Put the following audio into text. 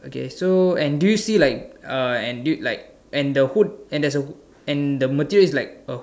okay so and do you see see like uh and do you and the hood and there's a and the material is like a hood a hood